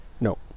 No